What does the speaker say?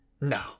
No